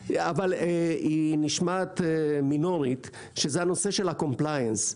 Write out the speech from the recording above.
העלתה אבל נשמעת מינורית הנושא של ה-Compliance.